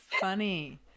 funny